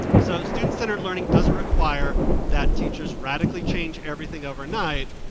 so student centered learning doesn't require that teachers radically change everything over night,